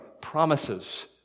promises